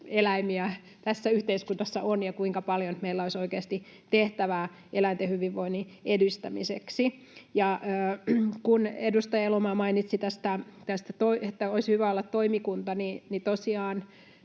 eläimiä tässä yhteiskunnassa on ja kuinka paljon meillä olisi oikeasti tehtävää eläinten hyvinvoinnin edistämiseksi. Kun edustaja Elomaa mainitsi tästä, että olisi hyvä olla toimikunta, niin tosiaan